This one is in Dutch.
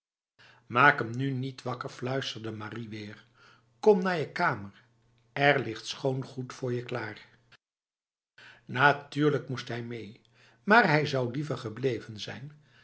maak hem nu niet wakker fluisterde marie weer kom naar je kamer er ligt schoon goed voor je klaaif natuurlijk moest hij mee maar hij zou liever gebleven zijn